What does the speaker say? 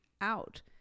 out